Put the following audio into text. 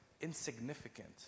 Insignificant